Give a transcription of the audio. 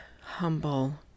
humble